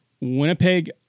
Winnipeg